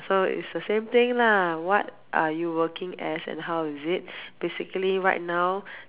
so is the same thing lah what are you working as and how is it basically right now